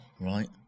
Right